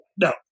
No